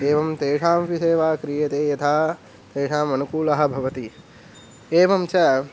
एवं तेषां विषये वा क्रियते यथा तेषाम् अनुकूलः भवति एवञ्च